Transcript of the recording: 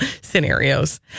scenarios